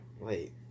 wait